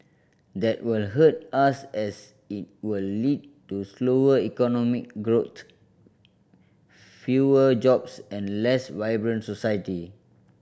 that will hurt us as it will lead to slower economic growth fewer jobs and a less vibrant society